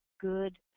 good